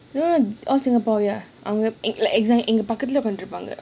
you know orh singapore ya அவங்க:awanga exam நா பக்கத்துல வந்துடுவாங்க:naa pakkathula wanthuduwaanga